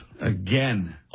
again